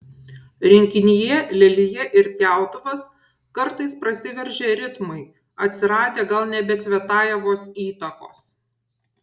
rinkinyje lelija ir pjautuvas kartais prasiveržia ritmai atsiradę gal ne be cvetajevos įtakos